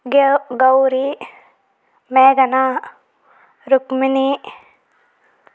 గెవ్ గౌరి మేఘన రుక్మిణి